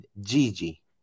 Gigi